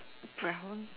brown